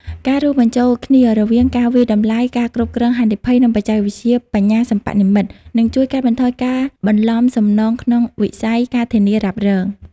ការរួមបញ្ចូលគ្នារវាងការវាយតម្លៃ ការគ្រប់គ្រងហានិភ័យ និងបច្ចេកវិទ្យាបញ្ញាសិប្បនិម្មិត នឹងជួយកាត់បន្ថយការបន្លំសំណងក្នុងវិស័យ ការធានារ៉ាប់រង។